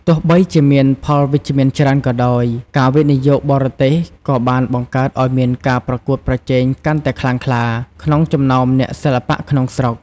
ទោះបីជាមានផលវិជ្ជមានច្រើនក៏ដោយ ការវិនិយោគបរទេសក៏បានបង្កើតឱ្យមានការប្រកួតប្រជែងកាន់តែខ្លាំងក្លាក្នុងចំណោមអ្នកសិល្បៈក្នុងស្រុក។